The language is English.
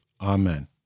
Amen